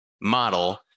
model